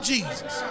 Jesus